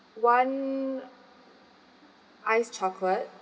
one ice chocolate